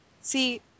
see